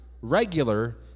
regular